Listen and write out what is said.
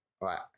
right